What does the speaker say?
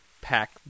pack